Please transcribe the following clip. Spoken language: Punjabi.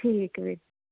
ਠੀਕ ਆ